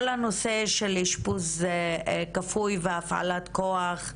כל הנושא של אשפוז כפוי והפעלת כוח,